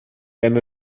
gan